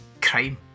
crime